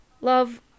Love